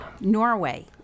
Norway